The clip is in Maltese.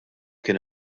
kien